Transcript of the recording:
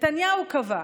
נתניהו קבע,